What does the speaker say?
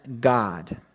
God